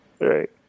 Right